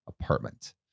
apartment